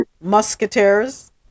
Musketeers